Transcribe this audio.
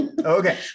okay